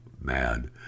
mad